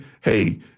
hey